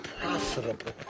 profitable